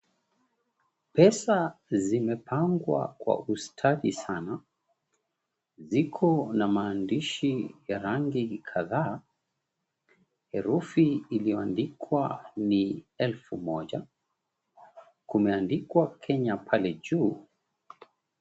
Pesa zimepangwa kwa ustadi sana, ziko na mahandishi ya rangi kadhaa. Herufi iliyoandikwa ni, "Elfu Moja." Kumeandikwa, "Kenya," pale juu.